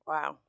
Wow